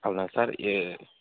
అవునా సార్ ఏ